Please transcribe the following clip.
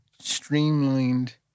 streamlined